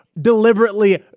deliberately